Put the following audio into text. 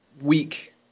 week